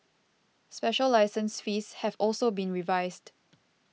special license fees have also been revised